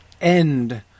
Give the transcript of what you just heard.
end